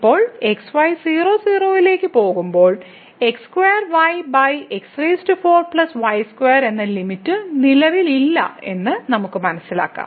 ഇപ്പോൾ x y 00 ലേക്ക് പോകുമ്പോൾ x2y x4 y2 എന്ന ലിമിറ്റ് നിലവിൽ ഇല്ല എന്ന് നമുക്ക് മനസ്സിലാക്കാം